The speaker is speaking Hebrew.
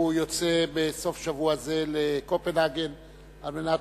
הוא יוצא בסוף שבוע זה לקופנהגן על מנת